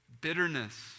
bitterness